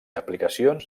aplicacions